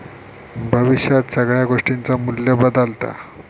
भविष्यात सगळ्या गोष्टींचा मू्ल्य बदालता